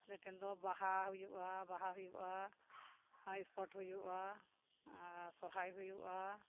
ᱟᱞᱮ ᱴᱷᱮᱱ ᱫᱚ ᱵᱟᱦᱟ ᱦᱩᱭᱩᱜᱼᱟ ᱵᱟᱦᱟ ᱦᱩᱭᱩᱜᱼᱟ ᱦᱩᱭᱩᱜᱼᱟ ᱟᱨ ᱥᱚᱨᱦᱟᱭ ᱦᱩᱭᱩᱜᱼᱟ